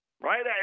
right